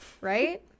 right